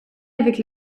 avec